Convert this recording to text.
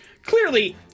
clearly